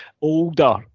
older